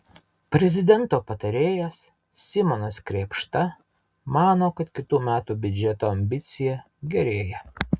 prezidento patarėjas simonas krėpšta mano kad kitų metų biudžeto ambicija gerėja